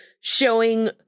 showing